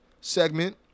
segment